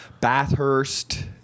Bathurst